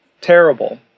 terrible